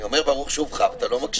אני אומר, ברוך שובך, ואתה לא מקשיב.